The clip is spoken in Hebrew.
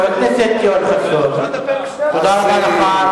חבר הכנסת יואל חסון, תודה רבה לך.